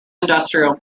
industrial